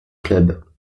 club